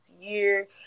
year